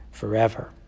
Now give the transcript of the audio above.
Forever